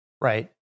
Right